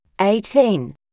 eighteen